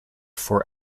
for